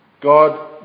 God